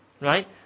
right